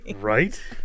Right